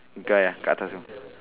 guy ah kat atas tu